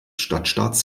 stadtstaats